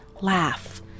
Laugh